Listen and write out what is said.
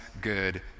good